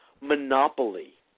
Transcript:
Monopoly